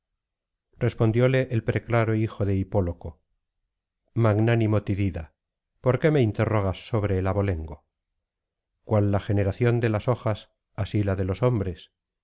respondióle el preclaro hijo de hipóloco magnánimo tidida por qué me interrogas sobre el abolengo cual la generación de las hojas así la de los hombres